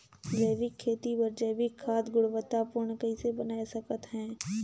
जैविक खेती बर जैविक खाद गुणवत्ता पूर्ण कइसे बनाय सकत हैं?